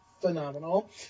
phenomenal